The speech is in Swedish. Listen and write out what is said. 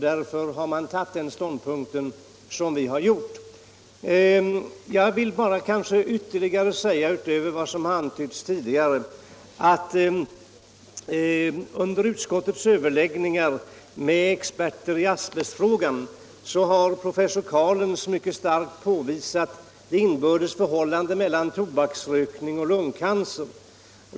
Därför har vi intagit den ståndpunkt som vi nu redovisar. Utöver vad som antytts tidigare vill jag påpeka att under utskottets överläggningar med experter i asbestfrågan har professor Carlens mycket tydligt påvisat det inbördes förhållandet mellan tobaksrökning och lungcancer.